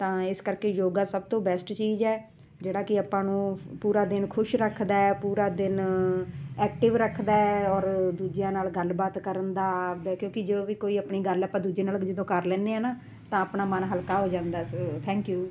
ਤਾਂ ਇਸ ਕਰਕੇ ਯੋਗਾ ਸਭ ਤੋਂ ਬੈਸਟ ਚੀਜ਼ ਹੈ ਜਿਹੜਾ ਕਿ ਆਪਾਂ ਨੂੰ ਪੂਰਾ ਦਿਨ ਖੁਸ਼ ਰੱਖਦਾ ਹੈ ਪੂਰਾ ਦਿਨ ਐਕਟਿਵ ਰੱਖਦਾ ਹੈ ਔਰ ਦੂਜਿਆਂ ਨਾਲ ਗੱਲਬਾਤ ਕਰਨ ਦਾ ਆਪਦੇ ਕਿਉਂਕਿ ਜੋ ਵੀ ਕੋਈ ਆਪਣੀ ਗੱਲ ਆਪਾਂ ਦੂਜੇ ਨਾਲ ਜਦੋਂ ਕਰ ਲੈਂਦੇ ਹਾਂ ਨਾ ਤਾਂ ਆਪਣਾ ਮਨ ਹਲਕਾ ਹੋ ਜਾਂਦਾ ਸੀ ਥੈਂਕ ਯੂ